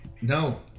No